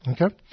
Okay